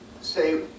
say